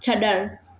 छड॒णु